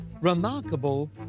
remarkable